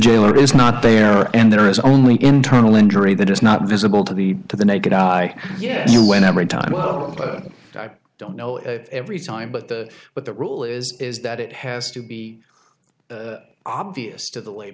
jailer is not there and there is only internal injury that is not visible to be to the naked eye yet you went every time oh i don't know if every time but the but the rule is is that it has to be obvious to the la